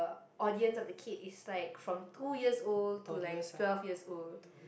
audience of the kid is like from two years old to like twelve years old